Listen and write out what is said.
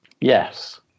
Yes